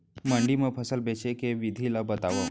मंडी मा फसल बेचे के विधि ला बतावव?